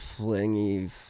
flingy